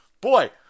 Boy